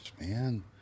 Man